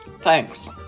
Thanks